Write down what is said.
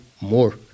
more